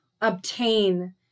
obtain